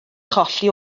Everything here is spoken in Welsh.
cholli